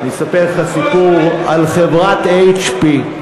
אני אספר לך סיפור על חברת HP,